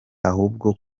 ahubwo